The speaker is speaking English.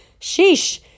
Sheesh